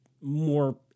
more